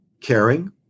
caring